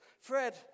Fred